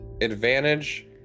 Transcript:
advantage